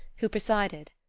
who presided.